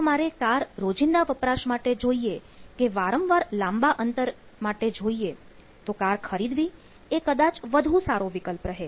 જો મારે કાર રોજીંદા વપરાશ માટે જોઈએ કે વારંવાર લાંબા અંતર માટે જોઈએ તો કાર ખરીદવી એ કદાચ વધુ સારો વિકલ્પ રહે